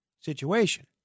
situation